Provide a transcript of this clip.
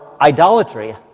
idolatry